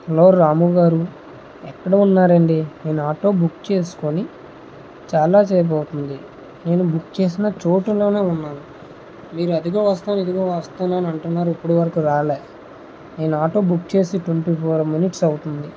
hello Ramu garu ఎక్కడ ఉన్నారండి నేను ఆటో బుక్ చేసుకొని చాలాసేపు అవుతుంది నేను బుక్ చేసిన చోటులోనే ఉన్నాను మీరు అదిగో వస్తాను ఇదిగో వస్తాను అని అంటున్నారు ఇప్పుడు వరుకు రాలే నేను ఆటో బుక్ చేసి ట్వెంటి ఫోర్ మినిట్స్ అవుతుంది